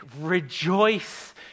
rejoice